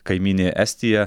kaimynė estija